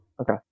Okay